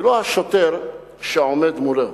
ולא השוטר שעומד מולו.